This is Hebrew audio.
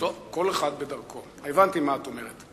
טוב, כל אחד בדרכו, הבנתי מה את אומרת.